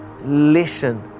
listen